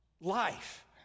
life